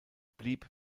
blieb